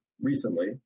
recently